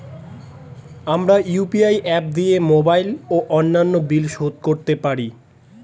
আমরা UPI app দিয়ে mobile ও অন্যান্য বিল শোধ করতে পারি